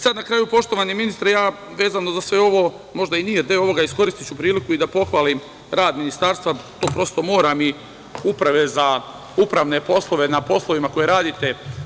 Sad, na kraju, poštovani ministre, vezano za sve ovo, možda i nije deo ovoga, iskoristiću priliku da pohvalim rad Ministarstva, to, prosto, moram i upravne poslove na poslovima koje radite.